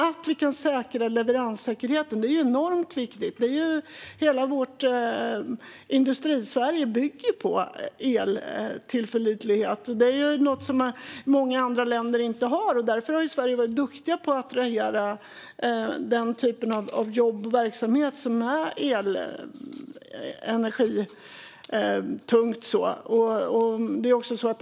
Att vi kan säkra leveranssäkerheten är enormt viktigt. Hela vårt Industrisverige bygger ju på eltillförlitlighet. Det är något som många andra länder inte har. Därför har Sverige varit duktigt på att attrahera jobb och verksamheter som är elenergitunga.